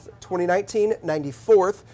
2019-94th